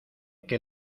que